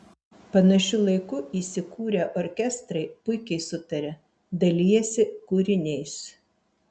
panašiu laiku įsikūrę orkestrai puikiai sutaria dalijasi kūriniais